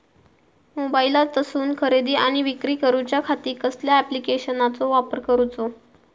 मोबाईलातसून खरेदी आणि विक्री करूच्या खाती कसल्या ॲप्लिकेशनाचो वापर करूचो?